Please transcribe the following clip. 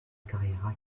carriera